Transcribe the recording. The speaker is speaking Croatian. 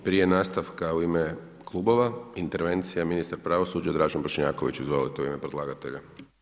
I prije nastavka u ime klubova, intervencija ministra pravosuđa, Dražen Bošnjaković, izvolite u ime predlagatelja.